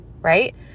right